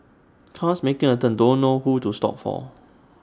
cars making A turn don't know who to stop for